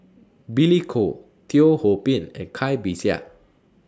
Billy Koh Teo Ho Pin and Cai Bixia